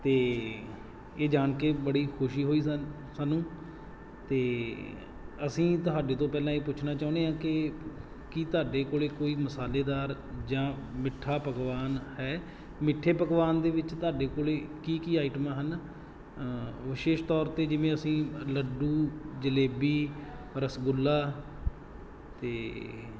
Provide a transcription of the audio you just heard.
ਅਤੇ ਇਹ ਜਾਣ ਕੇ ਬੜੀ ਖੁਸ਼ੀ ਹੋਈ ਸੰ ਸਾਨੂੰ ਅਤੇ ਅਸੀਂ ਤੁਹਾਡੇ ਤੋਂ ਪਹਿਲਾਂ ਇਹ ਪੁੱਛਣਾ ਚਾਹੁੰਦੇ ਹਾਂ ਕਿ ਕੀ ਤੁਹਾਡੇ ਕੋਲ ਕੋਈ ਮਸਾਲੇਦਾਰ ਜਾਂ ਮਿੱਠਾ ਪਕਵਾਨ ਹੈ ਮਿੱਠੇ ਪਕਵਾਨ ਦੇ ਵਿੱਚ ਤੁਹਾਡੇ ਕੋਲ ਕੀ ਕੀ ਆਈਟਮਾਂ ਹਨ ਵਿਸ਼ੇਸ਼ ਤੌਰ 'ਤੇ ਜਿਵੇਂ ਅਸੀਂ ਲੱਡੂ ਜਲੇਬੀ ਰਸਗੁੱਲਾ ਅਤੇ